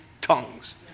tongues